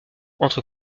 entre